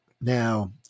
now